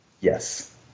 Yes